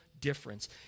difference